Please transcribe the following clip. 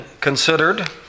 considered